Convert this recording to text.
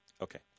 okay